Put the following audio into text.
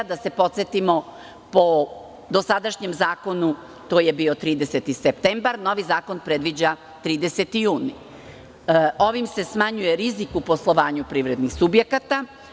Da se podsetimo, po dosadašnjem zakonu to je bio 30. septembar, a novi zakon predviđa 30. jun. Ovim se smanjuje rizik u poslovanju privrednih subjekata.